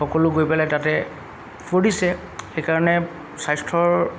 সকলো গৈ পেলাই তাতে কৰিছে সেইকাৰণে স্বাস্থ্যৰ